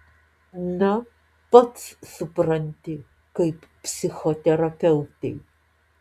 na pats supranti kaip psichoterapeutei